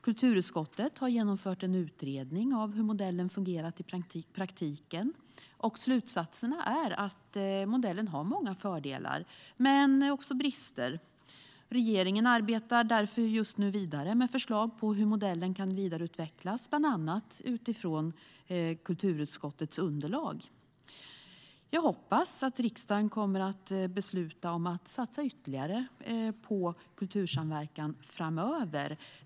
Kulturutskottet har genomfört en utredning av hur modellen har fungerat i praktiken, och slutsatserna är att modellen har många fördelar men också brister. Regeringen arbetar därför just nu vidare med förslag på hur modellen kan vidareutvecklas, bland annat utifrån kulturutskottets underlag. Jag hoppas att riksdagen kommer att besluta om ytterligare satsningar på kultursamverkan framöver.